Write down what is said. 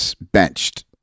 benched